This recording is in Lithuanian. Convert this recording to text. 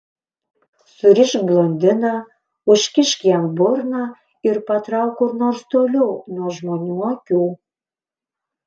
surišk blondiną užkišk jam burną ir patrauk kur nors toliau nuo žmonių akių